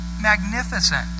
magnificent